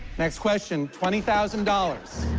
next question, twenty thousand dollars.